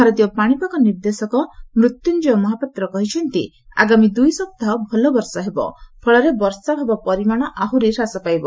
ଭାରତୀୟ ପାଣିପାଗ ନିର୍ଦ୍ଦେଶକ ମୃତ୍ୟୁଞ୍ଜୟ ମହାପାତ୍ର କହିଛନ୍ତି ଆଗାମୀ ଦୁଇ ସପ୍ତାହ ଭଲ ବର୍ଷା ହେବ ଫଳରେ ବର୍ଷାଭାବ ପରିମାଣ ଆହୁରି ହ୍ରାସ ପାଇବ